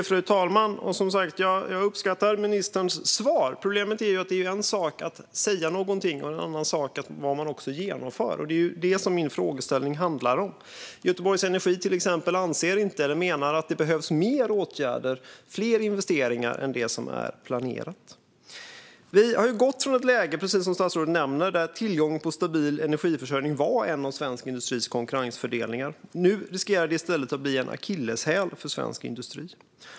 Fru talman! Jag uppskattar som sagt ministerns svar. Problemet är att det är en sak att säga någonting och en annan sak vad man genomför. Det är det min frågeställning handlar om. Göteborg Energi menar till exempel att det behövs mer åtgärder och fler investeringar än det som är planerat. Vi har gått från ett läge, precis som statsrådet nämner, där tillgången på stabil energiförsörjning var en av svensk industris konkurrensfördelar. Nu riskerar detta i stället att bli en akilleshäl för svensk industri.